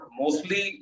mostly